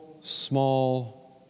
small